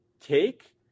take